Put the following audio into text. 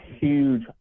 huge